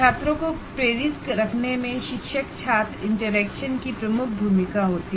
छात्रों को प्रेरित रखने में टीचर स्टुडेंट इंटरेक्शन की प्रमुख भूमिका होती है